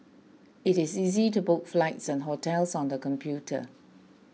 it is easy to book flights and hotels on the computer